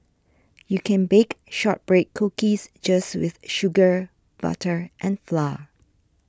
you can bake Shortbread Cookies just with sugar butter and flour